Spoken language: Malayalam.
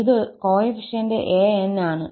ഇത് കോഎഫിഷ്യന്റ് 𝑎𝑛 ആണ്